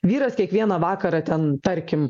vyras kiekvieną vakarą ten tarkim